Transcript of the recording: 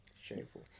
Shameful